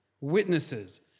witnesses